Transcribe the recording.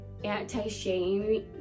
anti-shame